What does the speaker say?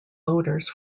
voters